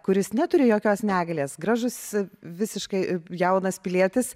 kuris neturi jokios negalės gražus visiškai jaunas pilietis